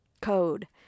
code